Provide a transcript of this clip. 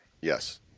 Yes